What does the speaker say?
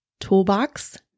toolbox